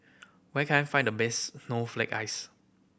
where can I find the best snowflake ice